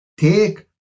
take